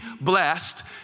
blessed